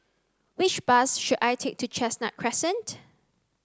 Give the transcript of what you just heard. which bus should I take to Chestnut Crescent